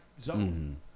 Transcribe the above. zone